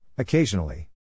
Occasionally